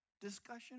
Discussion